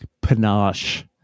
panache